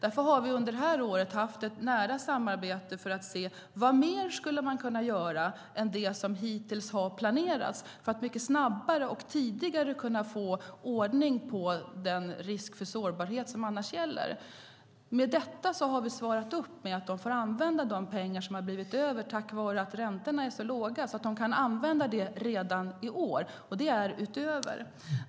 Därför har vi under det här året haft ett nära samarbete med Trafikverket för att se vad mer man skulle kunna göra än det som hittills har planerats för att mycket snabbare och tidigare kunna komma till rätta med den risk för sårbarhet som annars gäller. Vi har svarat att de får använda de pengar som har blivit över tack vare att räntorna år så låga. De kan använda dem redan i år utöver övriga medel.